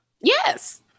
Yes